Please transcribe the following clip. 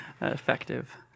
effective